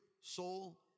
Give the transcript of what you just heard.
soul